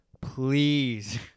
please